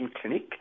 clinic